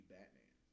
Batman